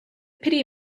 pity